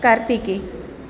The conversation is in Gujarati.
કાર્તિકેય